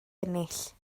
ennill